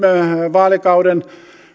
vaalikauden